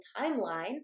timeline